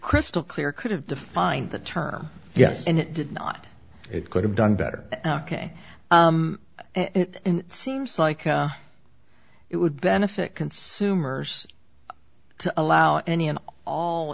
crystal clear could have defined the term yes and it did not it could have done better ok and it seems like it would benefit consumers to allow any and all